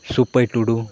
ᱥᱩᱯᱟᱹᱭ ᱴᱩᱰᱩ